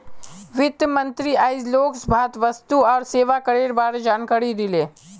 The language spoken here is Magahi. वित्त मंत्री आइज लोकसभात वस्तु और सेवा करेर बारे जानकारी दिले